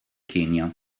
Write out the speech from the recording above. kenya